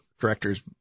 Director's